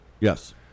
Yes